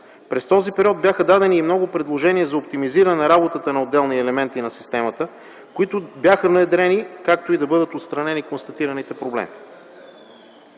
През този период бяха дадени и много предложения за оптимизиране работата на отделни елементи на системата, които бяха внедрени, както и да бъдат отстранени констатираните проблеми.